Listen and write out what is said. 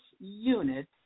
unit